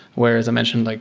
whereas i mentioned, like